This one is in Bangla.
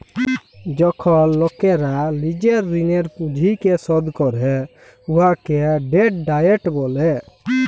যখল লকেরা লিজের ঋলের পুঁজিকে শধ ক্যরে উয়াকে ডেট ডায়েট ব্যলে